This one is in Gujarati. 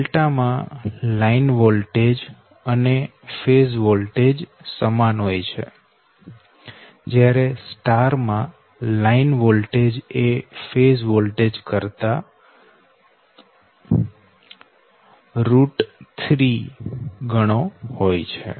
ડેલ્ટા માં લાઈન વોલ્ટેજ અને ફેઝ વોલ્ટેજ સમાન હોય છે જ્યારે સ્ટાર માં લાઈન વોલ્ટેજ એ ફેઝ વોલ્ટેજ કરતા3 ગણો હોય છે